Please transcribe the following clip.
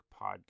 podcast